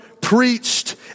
preached